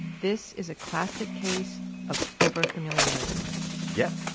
this is a classic case of over familiarity yep.